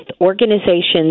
organizations